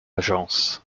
agence